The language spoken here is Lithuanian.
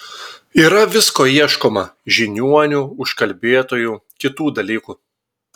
yra visko ieškoma žiniuonių užkalbėtojų kitų dalykų